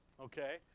okay